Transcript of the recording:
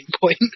point